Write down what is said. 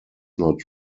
not